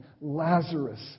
Lazarus